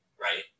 right